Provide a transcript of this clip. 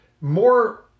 more